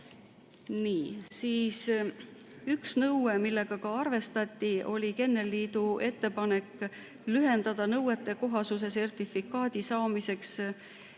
aastat. Üks nõue, millega ka arvestati, oligi kennelliidu ettepanek lühendada nõuetekohasuse sertifikaadi saamiseks